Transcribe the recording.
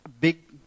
big